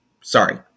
Sorry